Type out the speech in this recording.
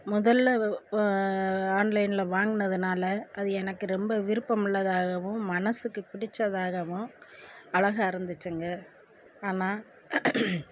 முதல்ல ஆன்லைனில் வாங்கினதுனால் அது எனக்கு ரொம்ப விருப்பம் உள்ளதாகவும் மனசுக்கு பிடித்ததாகவும் அழகா இருந்துச்சுங்க ஆனால்